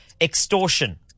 Extortion